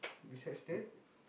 besides that